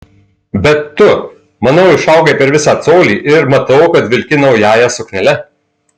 bet tu manau išaugai per visą colį ir matau kad vilki naująja suknele